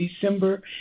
December